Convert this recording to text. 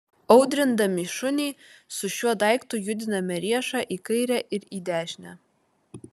audrindami šunį su šiuo daiktu judiname riešą į kairę ir į dešinę